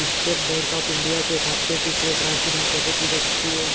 State Bank of India के खाते की शेष राशि की जॉंच कैसे की जा सकती है?